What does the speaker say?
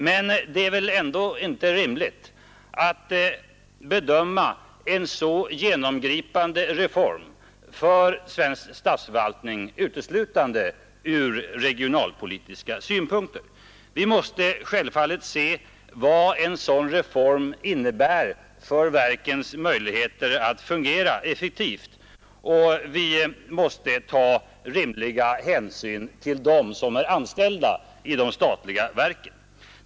Men det är väl ändå inte rimligt att bedöma en för svensk statsförvaltning så genomgripande reform som detta innebär uteslutande från regionalpolitiska synpunkter. Vi måste självfallet se vad det innebär för verkens möjligheter att fungera effektivt, och vi måste ta rimliga hänsyn till dem som är anställda i de statliga verken.